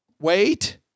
wait